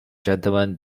gentlemen